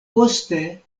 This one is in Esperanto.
poste